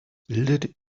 bildet